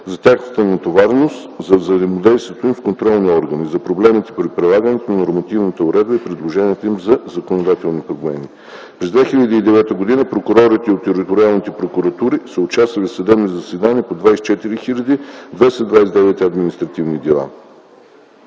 за тяхната натовареност, за взаимодействието им с контролни органи, за проблемите при прилагането на нормативната уредба и предложенията им за законодателни промени. През 2009 г. прокурорите от териториалните прокуратури са участвали в съдебни заседания по 24 229 административни дела.